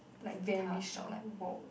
like very shocked like !woah!